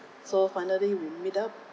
so finally we meet up